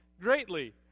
greatly